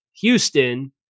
houston